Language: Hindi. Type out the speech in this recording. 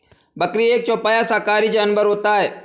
बकरी एक चौपाया शाकाहारी जानवर होता है